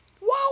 Wow